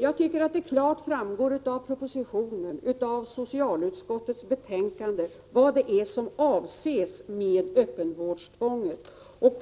Jag tycker att det klart framgår av propositionen och av socialutskottets betänkande vad det är som avses med öppenvårdstvånget.